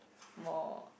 more